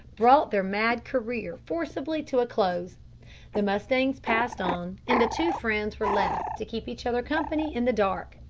brought their mad career forcibly to a close the mustangs passed on, and the two friends were left to keep each other company in the dark.